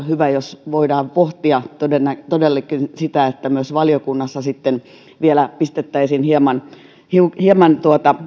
hyvä jos voidaan pohtia todellakin todellakin sitä että myös valiokunnassa sitten vielä pistettäisiin hieman